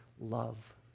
love